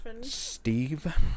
Steve